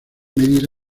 medir